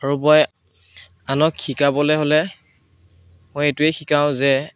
আৰু মই আনক শিকাবলৈ হ'লে মই এইটোৱেই শিকাওঁ যে